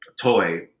toy